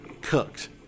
cooked